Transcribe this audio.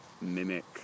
mimic